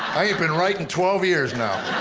i ain't been right in twelve years now.